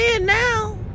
now